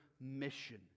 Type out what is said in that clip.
mission